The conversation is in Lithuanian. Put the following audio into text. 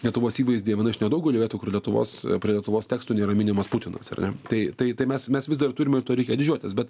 lietuvos įvaizdyje viena iš nedaugelio vietų kur lietuvos prie lietuvos tekstų nėra minimas putinas ar ne tai tai tai mes mes vis dar turim ir tuo reikia didžiuotis bet